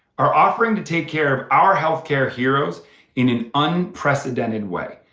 are offering to take care of our health care heroes in an unprecedented way.